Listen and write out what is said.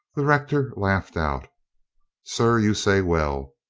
the rector laughed out sir, you say well.